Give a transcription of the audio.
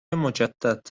مجدد